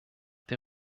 der